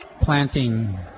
planting